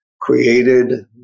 created